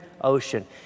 ocean